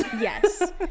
yes